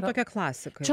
tokia klasika